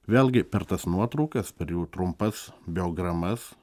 vėlgi per tas nuotraukas per trumpas biogramas